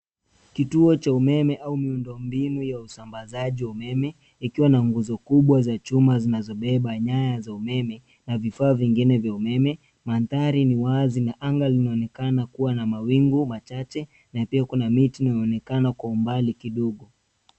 Kituo cha umeme au miundombinu ya usambazaji wa umeme ikiwa na nguzo kubwa za chuma zinazobeba nyaya za umeme na vifaa vingine vya umeme. Mandhari ni wazi na anga linaonekana kuwa na mawingu machache na pia kuna miti inayoonekana kwa umbali kidogo.